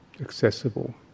accessible